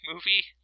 movie